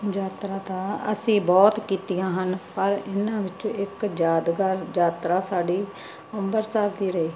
ਯਾਤਰਾਂ ਤਾਂ ਅਸੀਂ ਬਹੁਤ ਕੀਤੀਆਂ ਹਨ ਪਰ ਇਹਨਾਂ ਵਿੱਚੋਂ ਇੱਕ ਯਾਦਗਾਰ ਯਾਤਰਾ ਸਾਡੀ ਅੰਬਰਸਰ ਦੀ ਰਹੀ